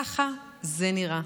ככה זה נראה: